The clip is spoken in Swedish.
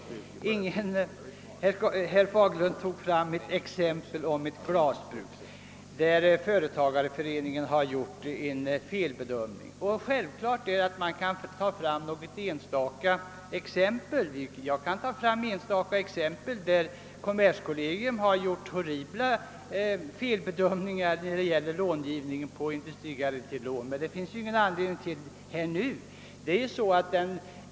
Herr Fagerlund nämnde som exempel att en företagareförening gjort en felbedömning i fråga om ett glasbruk. Naturligtvis kan man ta fram något enstaka exempel härpå, men jag kan också anföra exempel på felbedömningar som kommerskollegium gjort i fråga om beviljade industrigarantilån. Det finns emellertid ingen anledning att göra det nu.